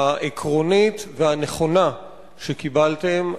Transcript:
העקרונית והנכונה שקיבלתם.